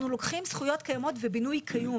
אנחנו לוקחים זכויות קיימות ובינוי קיים.